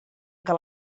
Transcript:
que